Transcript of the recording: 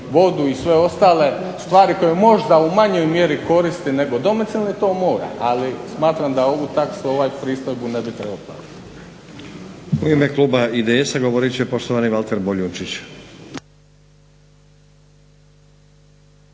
U ime kluba IDS-a govorit će poštovani Valter Boljunčić.